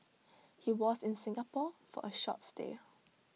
he was in Singapore for A short stay